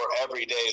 everyday